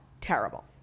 terrible